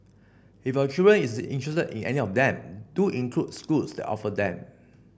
if your children is interested in any of them do include schools that offer them